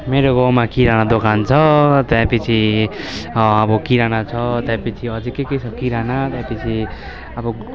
मेरो गाउँमा किराना दोकान छ त्यहाँपिच्छे अब किराना छ त्यहाँपिच्छे अझै के के छ किराना त्यहाँपिच्छे अब